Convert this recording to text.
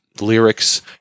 lyrics